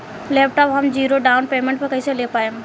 Laptop हम zero down payment पर कैसे ले पाएम?